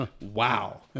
wow